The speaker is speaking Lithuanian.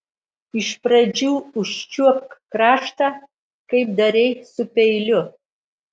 iš pradžių užčiuopk kraštą kaip darei su peiliu